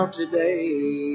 today